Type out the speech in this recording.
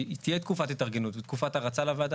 כי תהיה תקופת התארגנות ותקופת הרצה לוועדה,